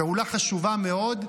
פעולה חשובה מאוד,